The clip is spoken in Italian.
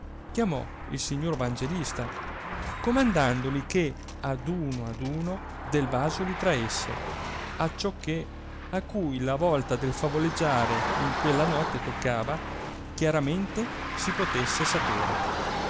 chiamò il signor vangelista comandandoli che ad uno ad uno del vaso li traesse acciò che a cui la volta del favoleggiare in quella notte toccava chiaramente si potesse sapere